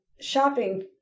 shopping